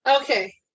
Okay